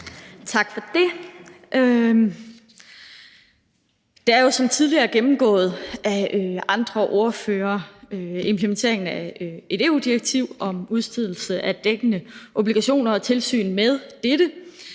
Tak for det. Det her er jo som tidligere gennemgået af andre ordførere implementeringen af et EU-direktiv om udstedelse af dækkede obligationer og tilsyn med dette.